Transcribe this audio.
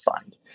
find